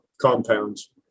compounds